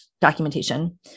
documentation